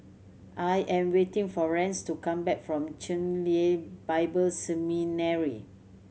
I am waiting for Rance to come back from Chen Lien Bible Seminary